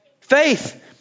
faith